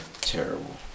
Terrible